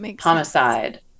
homicide